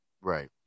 right